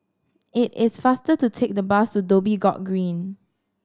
it is faster to take the bus to Dhoby Ghaut Green